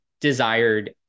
desired